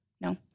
No